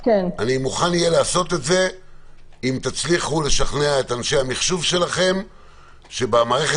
מוכן לעשות את זה אם תצליחו לשכנע את אנשי המחשוב שלכם שבמערכת